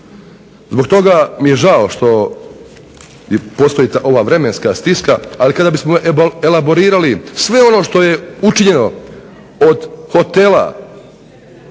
Zbog toga mi je žao što i postoji ova vremenska stiska, ali kada bismo elaborirali sve ono što je učinjeno od hotela